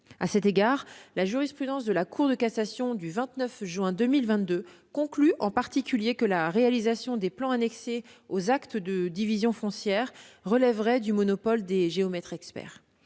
À cet égard, la jurisprudence de la Cour de cassation du 29 juin 2022 conclut en particulier que la réalisation des plans annexés aux actes de division foncière relèverait du monopole des géomètres-experts.